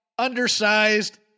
undersized